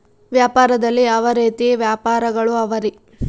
ವ್ಯಾಪಾರದಲ್ಲಿ ಯಾವ ರೇತಿ ವ್ಯಾಪಾರಗಳು ಅವರಿ?